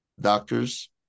Doctors